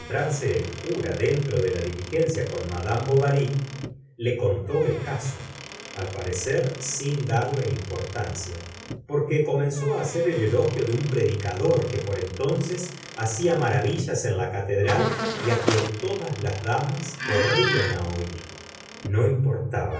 el cura dentro de la diligencia con liad bovary le contó el caso al parecer sin darle importancia porque comenzó á hacer el elogio de un predicador que por entonces hacia maravillas en la catedral y á quien todas las damas corrían á oir no importaba